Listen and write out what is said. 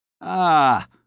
Ah